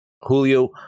Julio